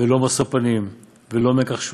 ולא משוא פנים ולא מיקח שוחד,